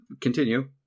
Continue